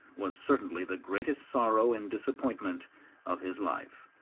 was certainly the greatest sorrow and disappointment of his life.